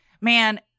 Man